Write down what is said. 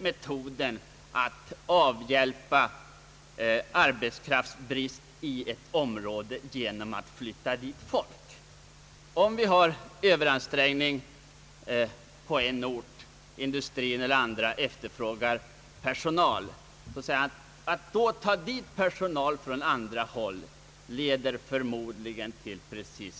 metoden att avhjälpa arbetskraftsbrist i ett område genom att flytta dit folk. Om arbetsmarknaden är överansträngd på en ort och industrin eller andra efterfrågar personal, så menar han att man uppnår en